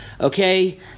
Okay